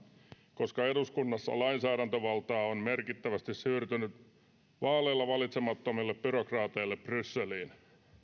koska eduskunnassa lainsäädäntövaltaa on merkittävästi siirtynyt vaaleilla valitsemattomille byrokraateille brysseliin